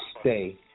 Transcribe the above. stay